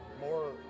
more